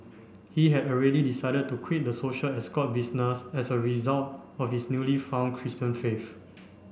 he had already decided to quit the social escort business as a result of his newly found Christian faith